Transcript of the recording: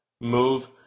move